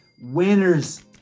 winners